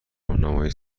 راهنمای